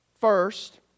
first